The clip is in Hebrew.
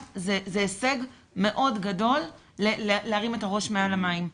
זה הישג מאוד גדול להרים את הראש מעל המים.